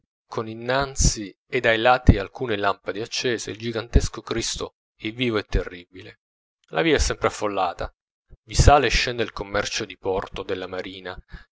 con innanzi ed ai lati alcune lampade accese il gigantesco cristo è vivo e terribile la via è sempre affollata vi sale e scende il commercio di porto della marina